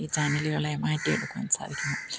ഈ ചാനലുകളെ മാറ്റിയെടുക്കുവാൻ സാധിക്കുന്നു